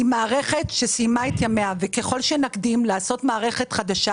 היא מערכת שסיימה את ימיה וככל שנקדים לעשות מערכת חדשה